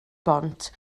bont